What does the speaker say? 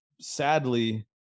sadly